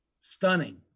stunning